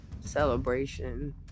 celebration